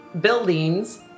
buildings